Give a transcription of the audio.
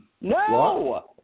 No